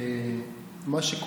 אבל שלפחות לא יגיד כלום.